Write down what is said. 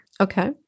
Okay